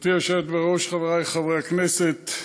גברתי היושבת בראש, חברי חברי הכנסת,